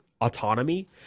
Autonomy